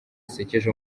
zisekeje